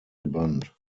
gebannt